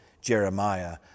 Jeremiah